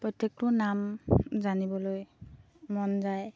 প্ৰত্যেকটো নাম জানিবলৈ মন যায়